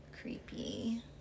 Creepy